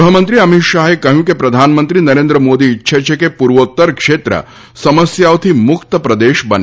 ગૃહમંત્રી અમિત શાહે કહ્યુંકે પ્રધાનમંત્રી નરેન્દ્ર્ મોદી ઈચ્છે છેકે પૂર્વોત્તર ક્ષેત્ર સમસ્યાઓથી મુક્ત પ્રદેશ બને